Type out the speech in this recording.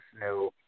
no